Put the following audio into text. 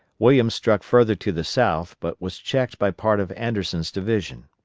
williams struck further to the south, but was checked by part of anderson's division.